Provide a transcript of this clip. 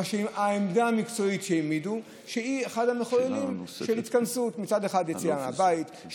העמדה המקצועית שהעמידו היא שזה אחד המחוללים של התכנסות: יציאה מהבית,